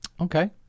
Okay